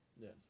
Yes